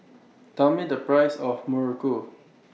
Tell Me The Price of Muruku